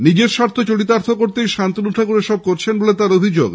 নিজের স্বার্থ চরিতার্থ করতেই শান্তনু ঠাকুর এসব করছেন বলে অভিযোগ